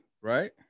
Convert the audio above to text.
right